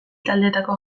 taldeetako